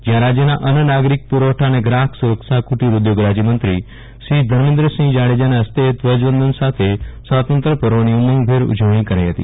જ્યાં રાજ્યના અન્ન નાગરિક પૂરવઠા અને ગ્રાફક સુરક્ષા કુટીર ઉદ્યોગ રાજ્યમંત્રી શ્રી ધર્મેન્દ્રસિંફ જાડેજાના ફસ્તે ધ્વજવંદન સાથે સ્વાતંત્ર્ય પર્વની ઉમંગભેર ઉજવણી કરાઇ હતી